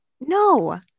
No